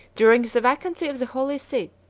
during the vacancy of the holy see,